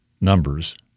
numbers